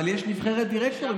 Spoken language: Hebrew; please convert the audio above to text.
אבל יש נבחרת דירקטורים.